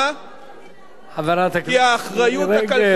כי האחריות הכלכלית והתקציבית